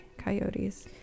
Coyotes